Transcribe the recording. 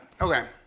Okay